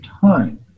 time